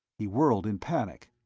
he whirled in panic,